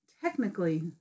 Technically